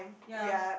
yea